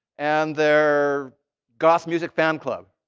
and their goth music fan club,